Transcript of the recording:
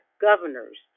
governors